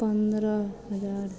पन्द्रह हजार